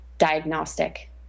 diagnostic